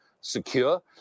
secure